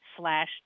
slash